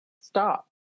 stop